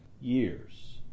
years